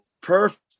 perfect